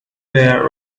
there